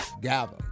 gather